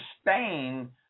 Spain